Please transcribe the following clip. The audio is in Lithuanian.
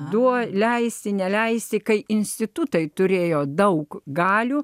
duoti leisi neleisi kai institutai turėjo daug galių